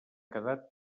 quedat